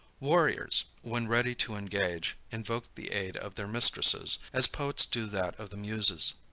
warriors, when ready to engage, invoked the aid of their mistresses, as poets do that of the muses.